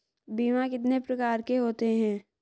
बीमा कितने प्रकार के होते हैं?